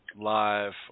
live